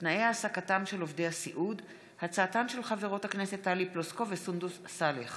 של חברות הכנסת טלי פלוסקוב וסונדוס סאלח